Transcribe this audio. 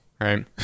Right